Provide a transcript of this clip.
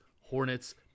Hornets